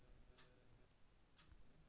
KYC मतलब का होव हइ?